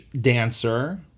dancer